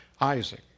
Isaac